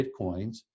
Bitcoins